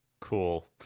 Cool